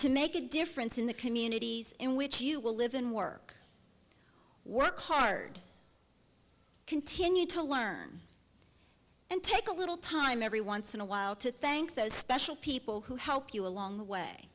to make a difference in the communities in which you will live and work work hard continue to learn and take a little time every once in awhile to thank those special people who helped you along the way